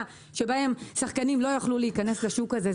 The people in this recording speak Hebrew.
כך ששחקנים לא יוכלו להיכנס לשוק הזה,